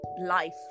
life